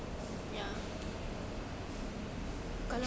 ya kalau